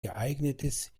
geeignetes